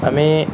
আমি